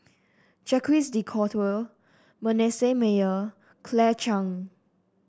Jacques De Coutre Manasseh Meyer Claire Chiang